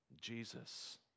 Jesus